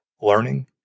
Learning